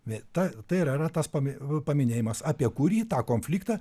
vieta tai yra tas pami paminėjimas apie kurį tą konfliktą